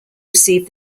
received